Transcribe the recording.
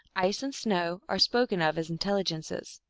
ice and snow are spoken of as intelligences.